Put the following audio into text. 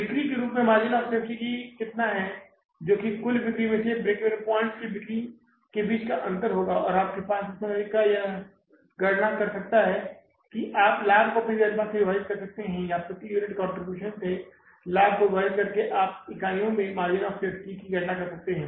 बिक्री के रूप में मार्जिन ऑफ़ सेफ्टी कितना है जो कि कुल बिक्री से ब्रेक इवन पॉइंट्स की बिक्री के बीच का अंतर होगा और आपके पास का दूसरा तरीका यह गणना कर सकता है कि आप लाभ को P V अनुपात से विभाजित कर सकते हैं या प्रति यूनिट कंट्रीब्यूशन से लाभ को विभाजित करके आप इकाइयों में मार्जिन ऑफ़ सेफ्टी की गणना कर सकते हैं